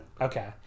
okay